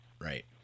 right